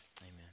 Amen